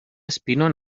espino